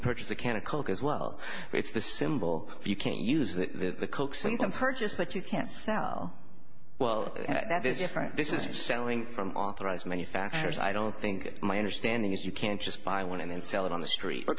purchase a can of coke as well it's the symbol you can't use the coaxing them purchase but you can't sell well this is selling from authorized manufacturers i don't think my understanding is you can't just buy one and then sell it on the street